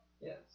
Yes